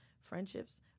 friendships